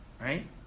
right